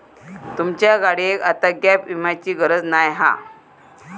तुमच्या गाडियेक आता गॅप विम्याची गरज नाय हा